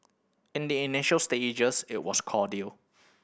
in the initial stages it was cordial